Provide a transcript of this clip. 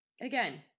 Again